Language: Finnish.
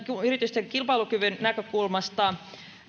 yritysten kilpailukyvyn näkökulmasta